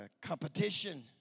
competition